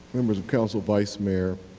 members of council, vice mayor